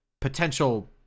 potential